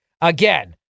Again